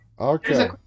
okay